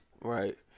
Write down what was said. Right